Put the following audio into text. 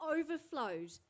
overflowed